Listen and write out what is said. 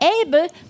able